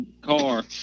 car